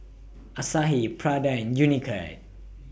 Asahi Prada and Unicurd